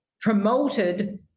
promoted